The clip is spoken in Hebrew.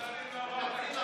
ממשלה של, חברים.